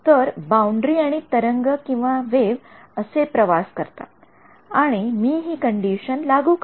तर बाउंडरी आणि तरंगवेव्ह असे प्रवास करतात आणि मी हि कंडिशन लागू करतो